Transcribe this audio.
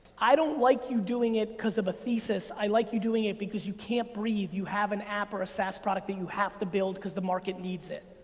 i don't like you doing it cause of a thesis. i like you doing it, because you can't breathe. you have an app or a saas product that you have to build, cause the market needs it.